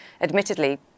admittedly